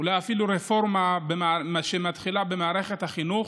אולי אפילו רפורמה שמתחילה במערכת החינוך